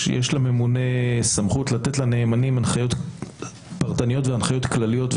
יש לממונה סמכות לתת לנאמנים הנחיות פרטניות והנחיות כלליות,